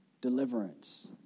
Deliverance